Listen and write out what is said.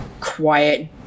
quiet